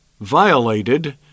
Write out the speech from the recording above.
violated